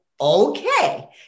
okay